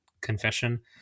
confession